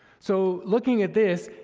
so, looking at this,